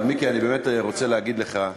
אבל, מיקי, אני באמת רוצה להגיד לך,